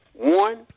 One